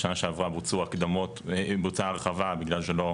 בשנה שעברה בוצעה הרחבה בגלל שלא